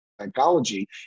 psychology